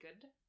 good